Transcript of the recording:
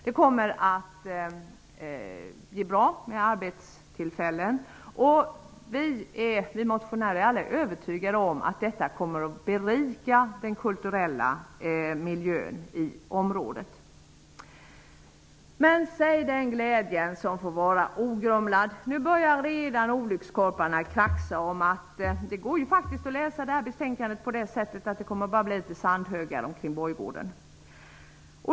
Det kommer att ge bra med arbetstillfällen, och vi motionärer är övertygade om att detta kommer att berika den kulturella miljön i området. Men säg den glädje som får vara ogrumlad. Nu börjar redan olyckskorparna kraxa om att det faktiskt går att läsa det här betänkadet så att det bara blir litet sandhögar omkring borggården.